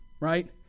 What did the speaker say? right